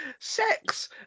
sex